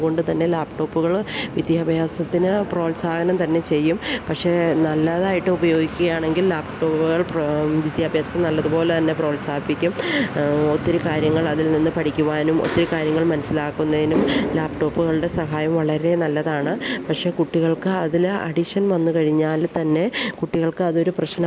ലാപ്ടോപ്പുകള് വിദ്യാഭ്യാസത്തിനു പ്രോത്സാഹനം തന്നെ ചെയ്യും പക്ഷേ നല്ലതായിട്ട് ഉപയോഗിക്കുകയാണെങ്കിൽ ലാപ്ടോപ്പുകൾ വിദ്യാഭ്യസത്തിനു നല്ലതു പോലെ തന്നെ പ്രോത്സാഹിപ്പിക്കും ഒത്തിരി കാര്യങ്ങൾ അതിൽനിന്നു പഠിക്കുവാനും ഒത്തിരി കാര്യങ്ങൾ മനസ്സിലാക്കുന്നതിനും ലാപ്ടോപ്പുകളുടെ സഹായം വളരെ നല്ലതാണ് പക്ഷെ കുട്ടികൾക്ക് അതില് അഡിക്ഷൻ വന്നുകഴിഞ്ഞാൽ തന്നെ കുട്ടികൾക്ക് അതൊരു പ്രശ്നമായി